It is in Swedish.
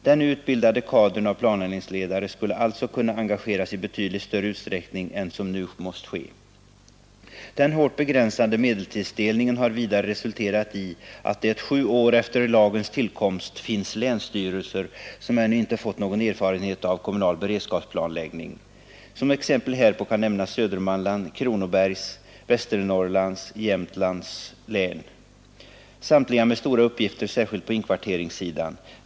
Den nu utbildade kadern av planläggningsledare skulle alltså kunna engageras i betydligt större utsträckning än som hittills måst ske. Den hårt begränsade medelstilldelningen har vidare resulterat i att det sju år efter lagens tillkomst finns länsstyrelser, som ännu inte fått någon erfarenhet av kommunal beredskapsplanläggning. Som exempel härpå kan nämnas Södermanlands, Kronobergs, Västernorrlands och Jämtlands län, samtliga med stora uppgifter, särskilt på inkvarteringssidan.